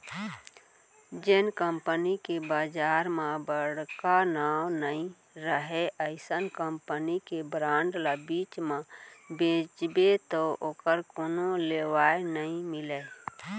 जेन कंपनी के बजार म बड़का नांव नइ रहय अइसन कंपनी के बांड ल बीच म बेचबे तौ ओकर कोनो लेवाल नइ मिलय